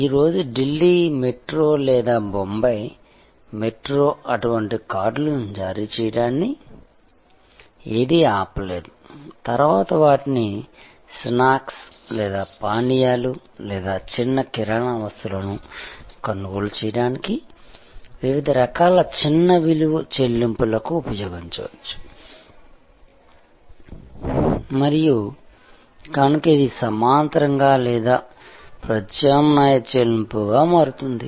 ఈ రోజు ఢిల్లీ మెట్రో లేదా బొంబాయి మెట్రో అటువంటి కార్డులను జారీ చేయడాన్ని ఏదీ ఆపలేదు తర్వాత వాటిని స్నాక్స్ లేదా పానీయాలు లేదా చిన్న కిరాణా వస్తువులను కొనుగోలు చేయడానికి వివిధ రకాల చిన్న విలువ చెల్లింపులకు ఉపయోగించవచ్చు మరియు కనుక ఇది సమాంతరంగా లేదా ప్రత్యామ్నాయ చెల్లింపుగా మారుతుంది